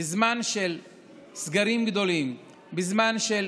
בזמן של סגרים גדולים, בזמן של